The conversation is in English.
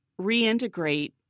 reintegrate